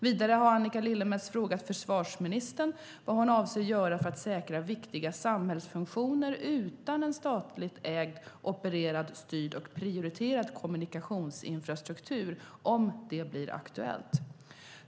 Vidare har Annika Lillemets frågat försvarsministern vad hon avser att göra för att säkra viktiga samhällsfunktioner utan en statligt ägd, opererad, styrd och prioriterad kommunikationsinfrastruktur, om det blir aktuellt.